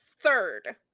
third